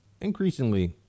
increasingly